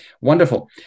Wonderful